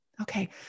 Okay